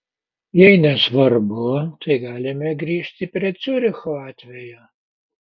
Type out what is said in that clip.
jei nesvarbu tai galime grįžti prie ciuricho atvejo